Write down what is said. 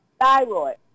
thyroid